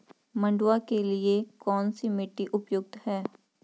मंडुवा के लिए कौन सी मिट्टी उपयुक्त है?